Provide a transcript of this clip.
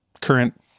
current